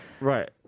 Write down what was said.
Right